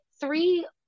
three